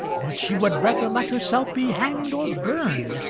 but she would rather let herself be hanged or burned,